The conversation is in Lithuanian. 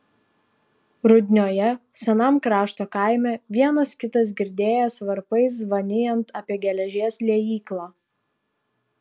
rudnioje senam krašto kaime vienas kitas girdėjęs varpais zvanijant apie geležies liejyklą